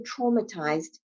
traumatized